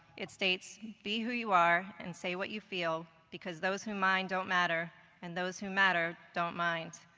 it states, be who you are and say what you feel because those who mind don't matter and those who matter don't mind.